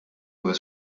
was